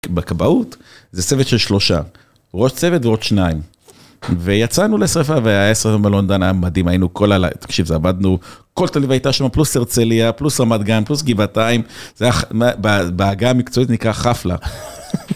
בכבאות זה צוות של שלושה, ראש צוות ועוד שניים. ויצאנו לשריפה במלון דן, היה המדהים עבדנו כל הלילה, תקשיב, זה עבדנו כל תל אביב הייתה שם, פלוס הרצליה, פלוס רמת גן, פלוס גבעתיים, זה היה, בהגה המקצועית נקרא חפלה.